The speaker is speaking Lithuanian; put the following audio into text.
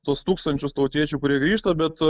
tuos tūkstančius tautiečių kurie grįžta bet